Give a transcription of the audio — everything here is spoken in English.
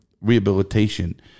rehabilitation